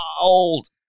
old